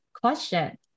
question